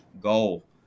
goal